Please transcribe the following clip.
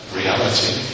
reality